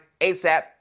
ASAP